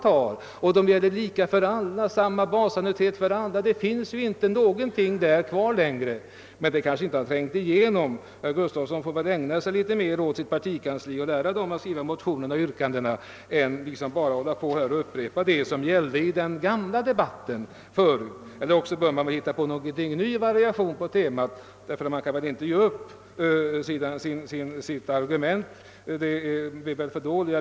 Staten tar detsamma som andra långivare, och samma basannuitet gäller för alla. Det finns alltså ingenting kvar där att hänga upp kritiken på. Men den saken har ännu inte trängt igenom. Herr Gustafsson i Skellefteå får väl ägna litet tid åt att lära vederbörande på partikansliet att skriva motioner med riktiga yrkanden, så att de inte bara upprepar vad som gällde i gamla tider. Eller också får man försöka variera temat — ty man ger väl inte upp sina argument!